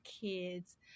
kids